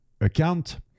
account